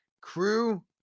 crew